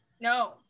No